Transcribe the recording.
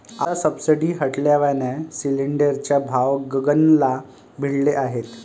आता सबसिडी हटवल्याने सिलिंडरचे भाव गगनाला भिडले आहेत